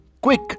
quick